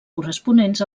corresponents